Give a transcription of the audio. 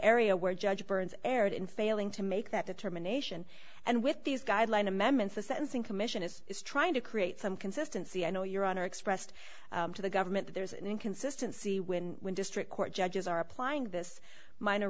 area where judge burns erred in failing to make that determination and with these guidelines amendments the sentencing commission is trying to create some consistency i know your honor expressed to the government that there's an inconsistency when when district court judges are applying this min